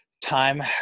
time